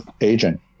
aging